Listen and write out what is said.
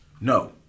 No